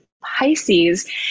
Pisces